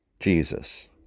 Jesus